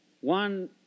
One